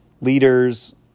leaders